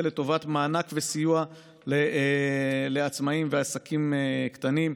לטובת מענק וסיוע לעצמאים ועסקים קטנים,